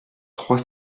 trois